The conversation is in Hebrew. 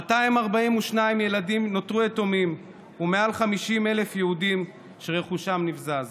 242 ילדים נותרו יתומים ומעל 50,000 יהודים רכושם נבזז.